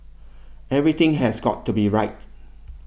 everything has got to be right